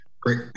great